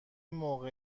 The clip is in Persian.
موقع